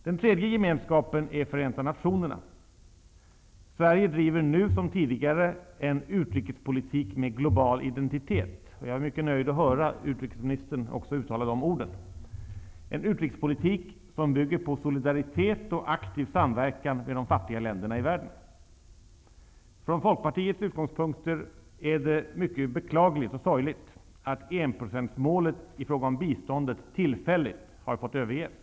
Den tredje gemenskapen är Förenta nationerna. Sverige driver nu som tidigare en utrikespolitik med global identitet, och jag är mycket nöjd över att höra också utrikesministern uttala de orden. Det är en utrikespolitik som bygger på solidaritet och aktiv samverkan med de fattiga länderna i världen. Från Folkpartiets utgångspunkter är det mycket beklagligt och sorgligt att enprocentsmålet i fråga om biståndet tillfälligt har fått överges.